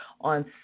on